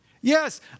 Yes